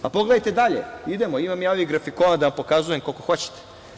Pogledajte dalje, idemo, imam ja ovih grafikona da vam pokazujem koliko hoćete.